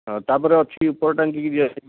ତାପରେ ଅଛି ଉପର ଟାଙ୍କିକି ଯିବା ପାଇଁ